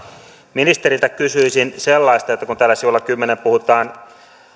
ministeriltä kysyisin sellaista että kun täällä sivulla kymmeneen puhutaan